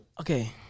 Okay